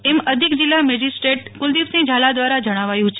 એમ અધિક જિલ્લા મેજિસ્ટ્રેટ કુલદીપસિંહ ઝાલા દ્વારા જણાવાયું છે